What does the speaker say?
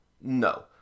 No